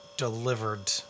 delivered